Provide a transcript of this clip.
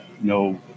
no